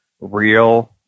real